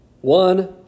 one